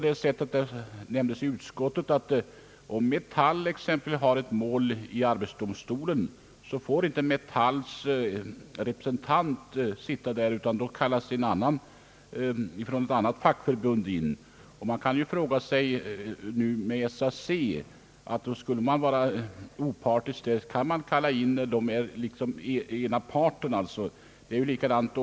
Det nämns i utskottet att om t.ex. Metallar betarförbundet har ett mål i arbetsdomstolen så får inte Metalls representant sitta med i domstolen, utan då kallas en representant från något annat fackförbund. Vad nu gäller SAC borde man även beträffande denna organisation för att vara opartisk kalla in en annan representant för arbetstagarparten.